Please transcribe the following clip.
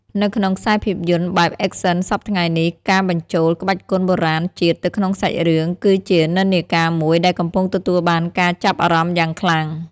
នៅក្នុងខ្សែភាពយន្តបែប Action សព្វថ្ងៃនេះ ការបញ្ចូលក្បាច់គុនបុរាណជាតិទៅក្នុងសាច់រឿង គឺជានិន្នាការមួយដែលកំពុងទទួលបានការចាប់អារម្មណ៍យ៉ាងខ្លាំង។